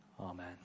Amen